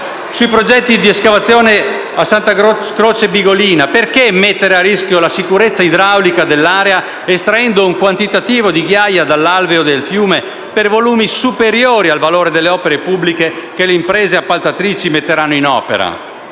Sui progetti di escavazione a Santa Croce Bigolina, perché mettere a rischio la sicurezza idraulica dell'area estraendo un quantitativo di ghiaia dall'alveo del fiume per volumi superiori al valore delle opere pubbliche che le imprese appaltatrici metteranno in opera?